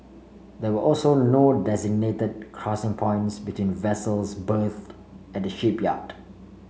there were also no designated crossing points between vessels berthed at shipyard